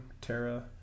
Terra